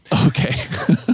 Okay